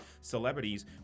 celebrities